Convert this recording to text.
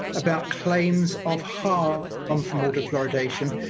about claims of harm um from water fluoridation.